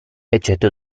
eccetto